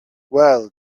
well